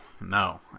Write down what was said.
no